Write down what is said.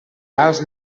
alts